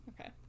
Okay